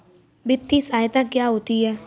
वित्तीय सहायता क्या होती है?